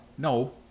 No